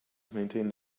maintain